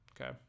okay